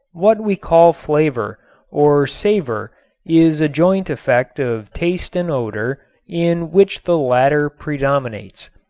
what we call flavor or savor is a joint effect of taste and odor in which the latter predominates.